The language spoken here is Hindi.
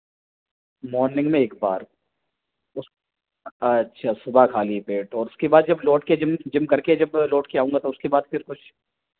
मॉर्निंग में एक बार उस अच्छा सुबह खाली पेट और उसके बाद जब लौट कर जिम जिम करके जब लौट कर आऊँगा तो उसके बाद फिर कुछ